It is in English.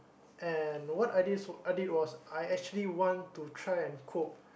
and what I did so I did was I actually want to try and cope